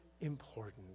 important